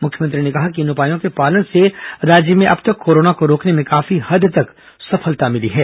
मुख्यमंत्री ने कहा कि इन उपायों के पालन से राज्य में अब तक कोरोना को रोकने में काफी हद तक सफलता मिली है